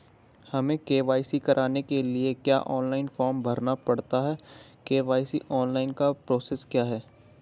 हमें के.वाई.सी कराने के लिए क्या ऑनलाइन फॉर्म भरना पड़ता है के.वाई.सी ऑनलाइन का प्रोसेस क्या है?